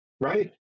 right